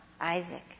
Isaac